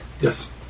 Yes